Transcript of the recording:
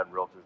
realtors